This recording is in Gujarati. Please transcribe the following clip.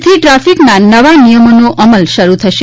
આજથી ટ્રાફિકના નવા નિયમોનો અમલ શરૂ થશે